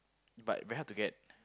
but we have to get